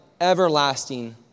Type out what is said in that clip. everlasting